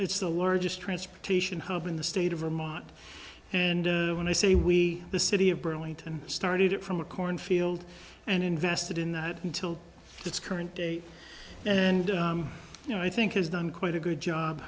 it's the largest transportation hub in the state of vermont and when i say we the city of burlington started it from a cornfield and invested in that until it's current day and you know i think has done quite a good job